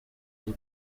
azwi